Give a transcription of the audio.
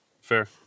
Fair